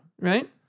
Right